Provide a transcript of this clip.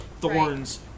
thorns